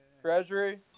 Treasury